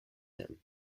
him